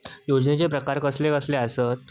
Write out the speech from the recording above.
योजनांचे प्रकार कसले कसले असतत?